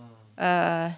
uh